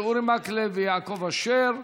אורי מקלב ויעקב אשר.